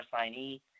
signee